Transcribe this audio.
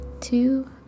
Two